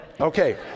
okay